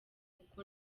kuko